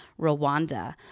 Rwanda